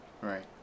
Right